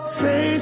say